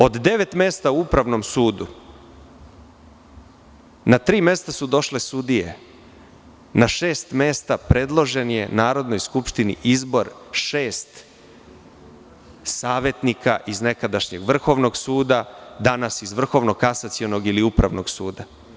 Od devet mesta u Upravnom sudu, na tri mesta su došle sudije, na šest mesta je predložen Narodnoj skupštini izbor šest savetnika iz nekadašnjeg Vrhovnog suda, danas Vrhovnog kasacionog ili Upravnog suda.